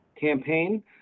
campaign